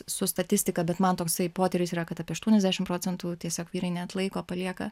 su statistika bet man toksai potyris yra kad apie aštuoniasdešim procentų tiesiog vyrai neatlaiko palieka